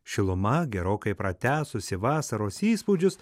šiluma gerokai pratęsusi vasaros įspūdžius